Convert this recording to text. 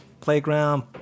playground